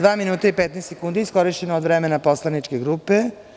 Dva minuta i 15 sekundi iskorišćeno je od vremena poslaničke grupe.